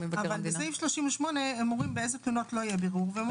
בסעיף 38 נאמר באילו תלונות לא יהיה בירור.